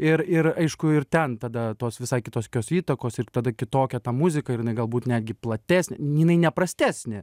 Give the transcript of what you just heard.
ir ir aišku ir ten tada tos visai kitos kios įtakos ir tada kitokia ta muzika ir jinai galbūt netgi platesnė jinai ne prastesnė